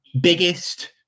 biggest